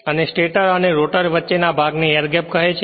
અને સ્ટેટર અને રોટર ની વચ્ચે ના ભાગ ને એર ગેપ કહે છે